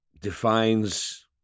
defines